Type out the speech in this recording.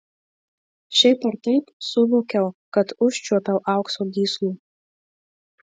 šiaip ar taip suvokiau kad užčiuopiau aukso gyslų